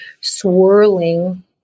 swirling